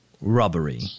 robbery